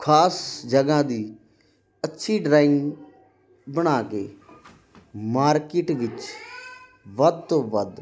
ਖਾਸ ਜਗ੍ਹਾ ਦੀ ਅੱਛੀ ਡਰਾਇੰਗ ਬਣਾ ਕੇ ਮਾਰਕੀਟ ਵਿੱਚ ਵੱਧ ਤੋਂ ਵੱਧ